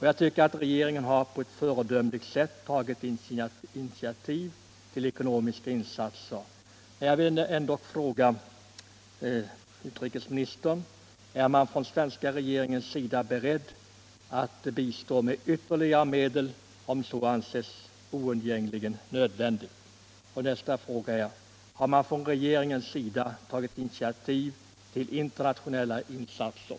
Jag tycker att regeringen på ett föredömligt sätt har tagit initiativ till ekonomiska insatser. Man jag vill ändock fråga utrikesministern: Är svenska regeringen beredd att bistå med ytterligare medel om så anses oundgängligen nödvändigt? Har regeringen tagit initiativ till internationella insatser?